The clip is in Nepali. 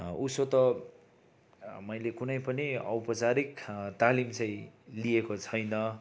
उसो त मैले कुनै पनि औपचारिक तालिम चाहिँ लिएको छैन